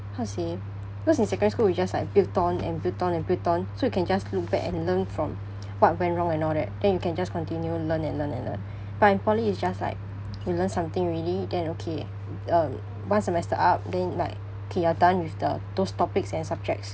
how to say cause in secondary school we just like build on and build on and build on so you can just look back and learn from what went wrong and all that then you can just continue learn and learn and learn but in poly it's just like you learn something already and then okay um one semester up then K you're done with the those topics and subjects